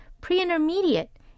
pre-intermediate